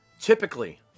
Typically